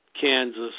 Kansas